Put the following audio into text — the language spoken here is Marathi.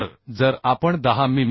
तर जर आपण 10 मि